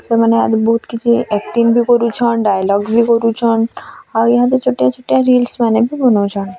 ସେମାନେ ବହୁତ୍ କିଛି ଆକ୍ଟିଙ୍ଗ୍ ବି କରୁଛନ୍ ଡ଼ାଇଲଗ୍ ବି କରୁଛନ୍ ଆଉ ଇହା ଦେ ଛୁଟିଆ ଛୁଟିଆ ରିଲିସ୍ମାନେ ବି ବନଉଛନ୍